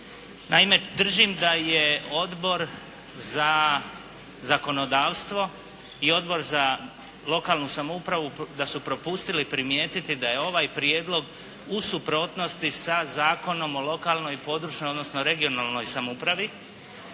Naime, držim da je Odbor za zakonodavstvo i Odbor za lokalnu samoupravu da su propustili primijetiti da je ovaj Prijedlog u suprotnosti sa Zakonom o lokalnoj i područnoj, odnosno regionalnoj samoupravi.